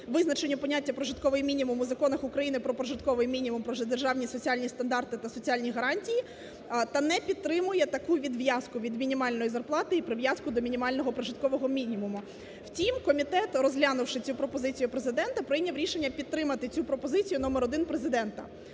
визначенню поняття "прожитковий мінімум" у Законах України "Про прожитковий мінімум", "Про державні соціальні стандарти та соціальні гарантії" та не підтримує таку відв'язку від мінімальної зарплати і прив'язку до мінімального прожиткового мінімуму. Втім, комітет розглянувши цю пропозицію Президента прийняв рішення підтримати цю пропозицію номер один, Президента.